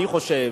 אני חושב